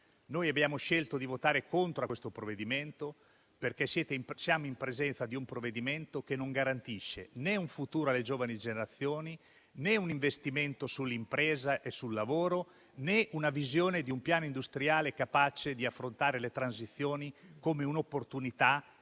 Noi abbiamo scelto di votare contro questo provvedimento perché non garantisce né un futuro alle giovani generazioni, né un investimento sull'impresa e sul lavoro, né una visione di un piano industriale capace di affrontare le transizioni come un'opportunità